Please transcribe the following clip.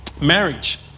Marriage